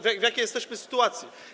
W jakiej jesteśmy sytuacji?